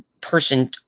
person